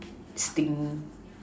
sting